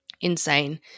insane